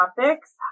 topics